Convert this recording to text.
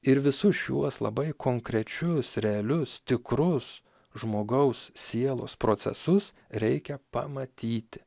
ir visus šiuos labai konkrečius realius tikrus žmogaus sielos procesus reikia pamatyti